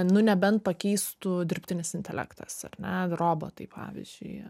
nu nebent pakeistų dirbtinis intelektas ar ne robotai pavyzdžiui